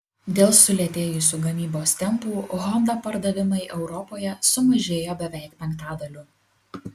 dėl sulėtėjusių gamybos tempų honda pardavimai europoje sumažėjo beveik penktadaliu